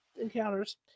Encounters